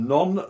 Non